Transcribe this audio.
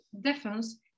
defense